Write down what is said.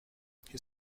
qu’est